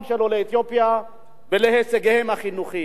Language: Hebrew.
של עולי אתיופיה ולהישגיהם החינוכיים.